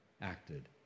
acted